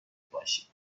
باشید